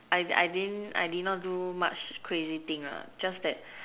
I I didn't I did not do much crazy thing ah just that